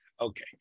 Okay